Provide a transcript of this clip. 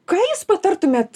ką jūs patartumėt